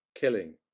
killing